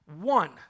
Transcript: One